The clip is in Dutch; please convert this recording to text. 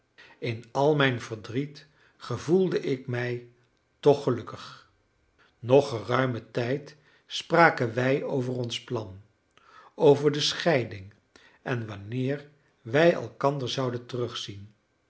in al mijn verdriet gevoelde ik mij toch gelukkig nog geruimen tijd spraken wij over ons plan over de scheiding en wanneer wij elkander zouden terugzien